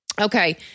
Okay